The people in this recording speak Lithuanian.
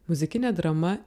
muzikinė drama